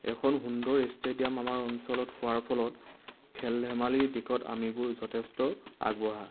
এখন সুন্দৰ ষ্টেডিয়াম আমাৰ অঞ্চলত হোৱাৰ ফলত খেল ধেমালিৰ দিশত আমিবোৰ যথেষ্ট আগবঢ়া